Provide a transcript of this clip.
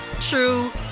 true